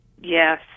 Yes